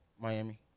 Miami